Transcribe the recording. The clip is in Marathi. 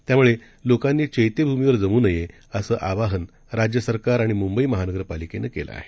त्याम्ळे लोकांनी चैत्यभूमीवर जम् नये असं आवाहन राज्य सरकार आणि म्ंबई महानगरपालिकेनं केलं आहे